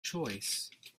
choice